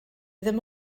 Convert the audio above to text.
ddim